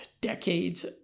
decades